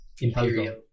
imperial